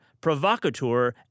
provocateur